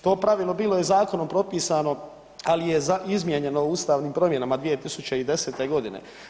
To pravilo bilo je zakonom propisano, ali je izmijenjeno u ustavnim promjenama 2010. godine.